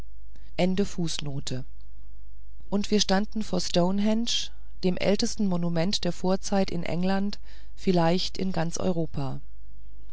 und zeitmessung standen dem ältesten monumente der vorzeit in england vielleicht in ganz europa